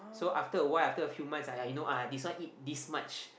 so after a while after a few months ah you know ah this one eat this much